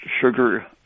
sugar